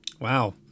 Wow